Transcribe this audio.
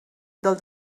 del